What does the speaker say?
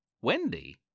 Wendy